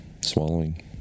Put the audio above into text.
swallowing